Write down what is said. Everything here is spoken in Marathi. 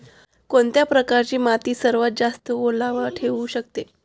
कोणत्या प्रकारची माती सर्वात जास्त ओलावा ठेवू शकते?